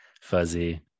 fuzzy